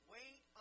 Wait